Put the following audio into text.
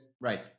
Right